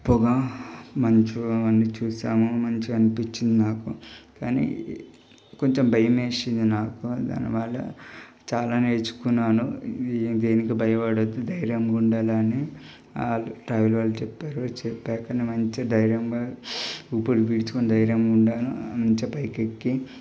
పొగ మంచు అన్ని చూసాము మంచిగా అనిపించింది నాకు కానీ కొంచెం భయం వేసింది నాకు దానివల్ల చాలా నేర్చుకున్నాను దేనికి భయపడొద్దు దైర్యంగా ఉండాలి అని ట్రావెల్ వాళ్ళు చెప్పారు చెప్పాక నేను మంచిగా ధైర్యంగా ఊపిరి పీల్చుకొని ధైర్యంగా ఉన్నాను మంచిగా పైకి ఎక్కి